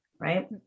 right